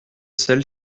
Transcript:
sel